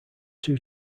two